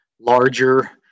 larger